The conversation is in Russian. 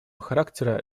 характера